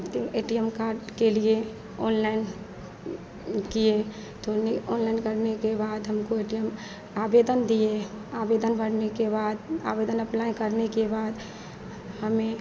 तो A T M card के लिए ऑनलइन किए तो उन्हें ऑनलइन करने के बाद हमको ए टी यम आवेदन दिए आवेदन भरने के बाद आवेदन अप्लाई करने के बाद हमें